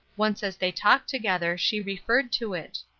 once as they talked together she referred to it.